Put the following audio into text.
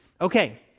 Okay